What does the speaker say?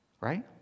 right